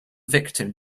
victim